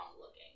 looking